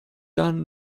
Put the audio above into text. done